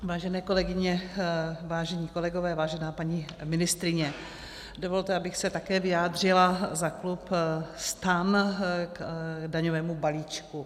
Vážené kolegyně, vážení kolegové, vážená paní ministryně, dovolte, abych se také vyjádřila za klub STAN k daňovému balíčku.